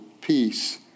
peace